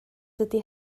dydy